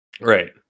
right